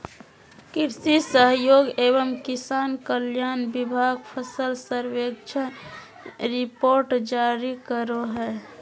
कृषि सहयोग एवं किसान कल्याण विभाग फसल सर्वेक्षण रिपोर्ट जारी करो हय